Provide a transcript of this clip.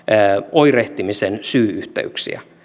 oirehtimisen syy yhteyksiä